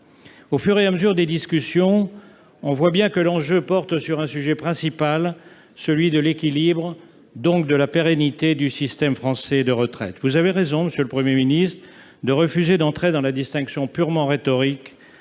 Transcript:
Au fur et à mesure des discussions, on voit bien que l'enjeu porte sur un sujet principal, celui de l'équilibre, c'est-à-dire la pérennité du système français de retraites. Monsieur le Premier ministre, vous avez raison de refuser d'entrer dans la distinction purement rhétorique